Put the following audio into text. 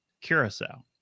curacao